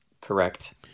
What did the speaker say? Correct